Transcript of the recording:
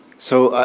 so,